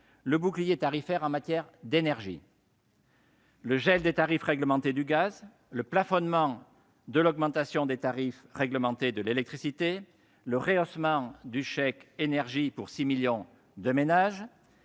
le bouclier tarifaire en matière d'énergie. Le gel des tarifs réglementés du gaz, le plafonnement de l'augmentation des tarifs réglementés de l'électricité, le rehaussement du chèque énergie pour 6 millions de ménages